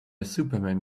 superman